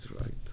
right